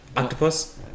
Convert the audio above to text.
Octopus